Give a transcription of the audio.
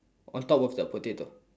on top of the potato